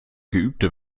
geübte